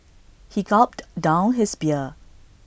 he gulped down his beer